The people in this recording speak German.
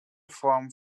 form